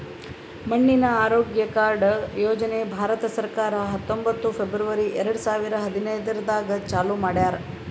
ಮಣ್ಣಿನ ಆರೋಗ್ಯ ಕಾರ್ಡ್ ಯೋಜನೆ ಭಾರತ ಸರ್ಕಾರ ಹತ್ತೊಂಬತ್ತು ಫೆಬ್ರವರಿ ಎರಡು ಸಾವಿರ ಹದಿನೈದರಾಗ್ ಚಾಲೂ ಮಾಡ್ಯಾರ್